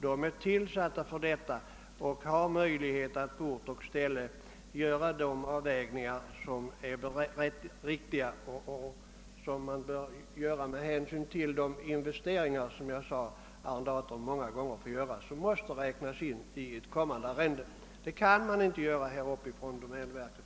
De är tillsatta härför och har möjlighet att på ort och ställe göra riktiga avvägningar med hänsyn till de investeringar som arrendatorn många gånger tvingas göra och som måste räknas in i ett kommande arrende. Sådant kan inte göras från domänverket.